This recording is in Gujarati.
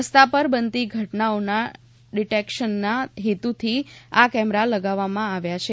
રસ્તા પર બનતી ઘટનાઓના ડિટેક્શનના હેતુથી આ કેમેરા લગાવવામાં આવ્યા છે